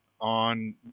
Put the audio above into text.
on